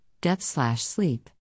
death-slash-sleep